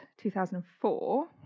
2004